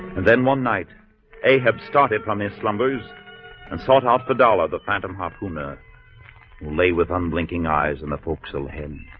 then one night a have started from his slumbers and sawed off the dollar the phantom hapuna lay with unblinking eyes in the fo'c'sle him